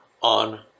on